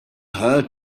her